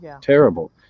terrible